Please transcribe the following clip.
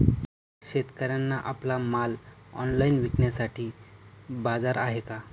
शेतकऱ्यांना आपला माल ऑनलाइन विकण्यासाठी बाजार आहे का?